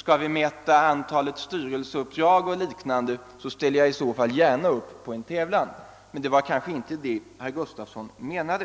Skall vi mäta antalet styrelseuppdrag och liknande, så ställer jag gärna upp i en tävlan. Men det var kanske inte det herr Gustavsson menade.